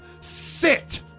sit